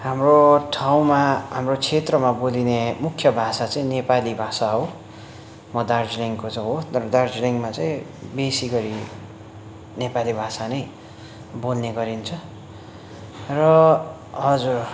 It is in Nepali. हाम्रो ठाउँमा हाम्रो क्षेत्रमा बोलिने मुख्य भाषा चाहिँ नेपाली भाषा हो म दार्जिलिङको चाहिँ हो तर दार्जिलिङमा चाहिँ बेसी गरी नेपाली भाषा नै बोल्ने गरिन्छ र हजुर